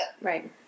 Right